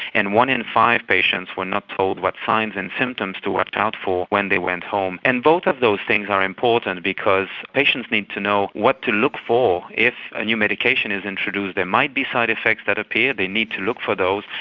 and one in five patients were not told what signs and symptoms to watch out for when they went home. and both of those things are important because patients need to know what to look for if a new medication is introduced. there might be side-effects that appear, they need to look for those,